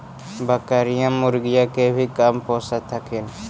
बकरीया, मुर्गीया के भी कमपोसत हखिन?